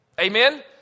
Amen